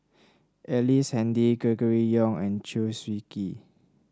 Ellice Handy Gregory Yong and Chew Swee Kee